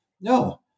no